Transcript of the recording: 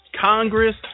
congress